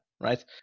right